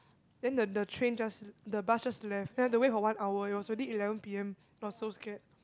then the the train just the bus just left then I had to wait for one hour it was already eleven P_M I was so scared